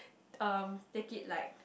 um take it like